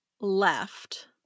Left